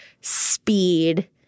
speed